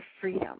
freedom